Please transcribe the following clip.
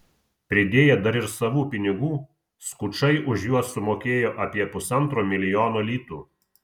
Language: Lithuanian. pridėję dar ir savų pinigų skučai už juos sumokėjo apie pusantro milijono litų